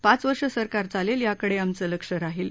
पाच वर्ष सरकार चालेल याकडे आमचं लक्ष राहील